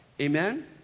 Amen